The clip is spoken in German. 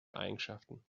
eigenschaften